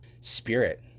spirit